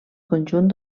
conjunt